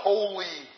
Holy